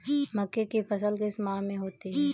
मक्के की फसल किस माह में होती है?